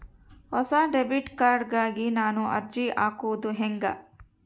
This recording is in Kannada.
ಹೊಸ ಡೆಬಿಟ್ ಕಾರ್ಡ್ ಗಾಗಿ ನಾನು ಅರ್ಜಿ ಹಾಕೊದು ಹೆಂಗ?